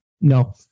No